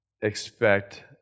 expect